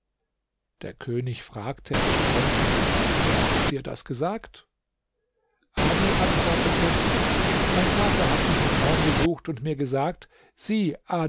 der könig fragte erstaunt wer hat dir das gesagt adi antwortete mein vater hat mich im traum besucht und mir gesagt sieh